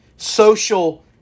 Social